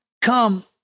come